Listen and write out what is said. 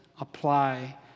apply